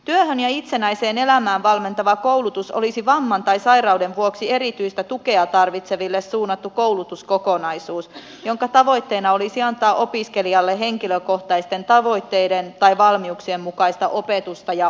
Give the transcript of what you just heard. työhön ja itsenäiseen elämään valmentava koulutus olisi vamman tai sairauden vuoksi erityistä tukea tarvitseville suunnattu koulutuskokonaisuus jonka tavoitteena olisi antaa opiskelijalle henkilökohtaisten tavoitteiden tai valmiuksien mukaista opetusta ja ohjausta